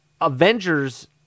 Avengers